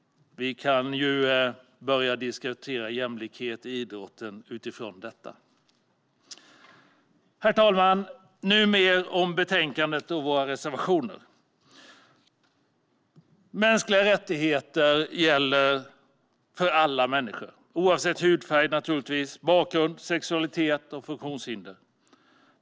Vi kan börja diskutera jämlikhet i idrotten utifrån detta. Herr talman! Nu vill jag tala om betänkandet och våra reservationer. Mänskliga rättigheter gäller alla människor oavsett hudfärg, bakgrund, sexualitet eller funktionshinder.